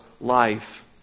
life